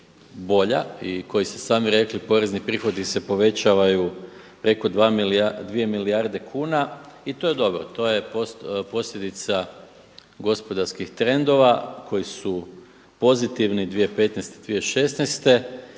bolja i kako ste sami rekli porezni prihodi se povećavaju preko 2 milijarde kuna i to je dobro, to je posljedica gospodarskih trendova koji su pozitivni 2015., 2016.